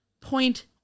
point